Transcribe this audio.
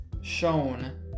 shown